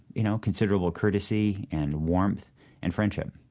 you know, considerable courtesy and warmth and friendship